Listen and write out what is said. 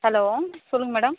hello சொல்லுங்கள் madam